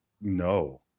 no